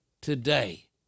today